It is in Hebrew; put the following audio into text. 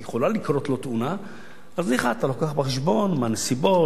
יכולה לקרות לו תאונה אז אתה מביא בחשבון מהן הנסיבות,